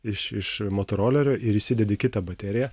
iš iš motorolerio ir įsidedi kitą bateriją